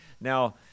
Now